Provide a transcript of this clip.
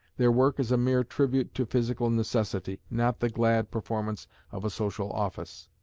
their work is a mere tribute to physical necessity, not the glad performance of a social office.